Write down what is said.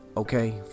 Okay